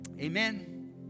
Amen